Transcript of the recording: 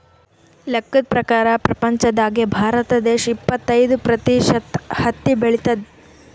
ಲೆಕ್ಕದ್ ಪ್ರಕಾರ್ ಪ್ರಪಂಚ್ದಾಗೆ ಭಾರತ ದೇಶ್ ಇಪ್ಪತ್ತೈದ್ ಪ್ರತಿಷತ್ ಹತ್ತಿ ಬೆಳಿತದ್